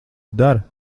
dara